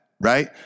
right